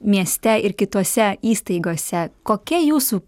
mieste ir kitose įstaigose kokia jūsų